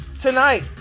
tonight